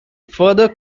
further